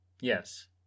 Yes